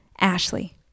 Ashley